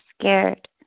scared